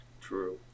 true